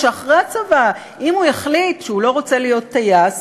ואחרי הצבא אם הוא יחליט שהוא לא רוצה להיות טייס